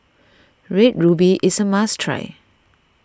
Red Ruby is a must try